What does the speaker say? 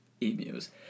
emus